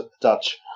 Dutch